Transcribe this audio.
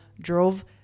drove